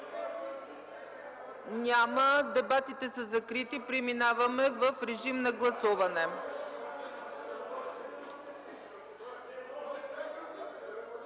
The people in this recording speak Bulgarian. Дебатите са закрити, преминаваме в режим на гласуване.